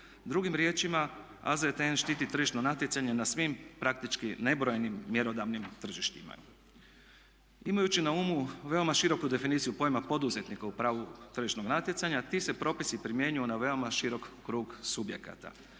Drugim riječima, AZTN štiti tržišno natjecanje na svim praktički nebrojenim mjerodavnim tržištima. Imajući na umu veoma široku definiciju pojma poduzetnika u pravu tržišnog natjecanja ti se propisi primjenjuju na veoma širok krug subjekata.